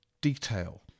detail